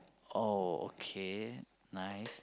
oh okay nice